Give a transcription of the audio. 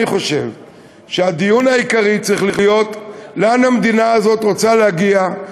אני חושב שהדיון העיקרי צריך להיות לאן המדינה הזאת רוצה להגיע,